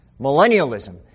Millennialism